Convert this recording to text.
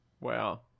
Wow